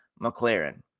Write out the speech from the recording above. McLaren